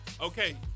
Okay